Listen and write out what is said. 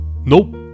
Nope